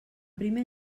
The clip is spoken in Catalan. primer